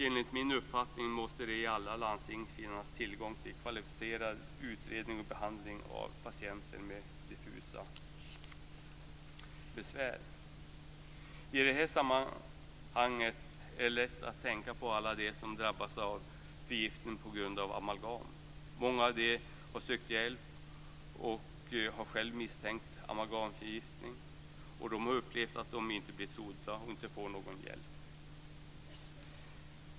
Enligt min uppfattning måste det i alla landsting finnas tillgång till kvalificerad utredning och behandling av patienter med diffusa besvär. I det här sammanhanget är det lätt att tänka på alla dem som drabbas av förgiftning på grund av amalgam. Många av dem har sökt hjälp och har själva misstänkt amalgamförgiftning. De har upplevt att de inte blir trodda och att de inte får någon hjälp.